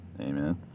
Amen